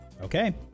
Okay